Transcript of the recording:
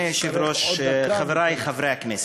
אדוני היושב-ראש, חברי חברי הכנסת,